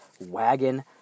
wagon